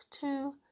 two